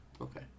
Okay